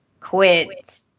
quit